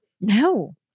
no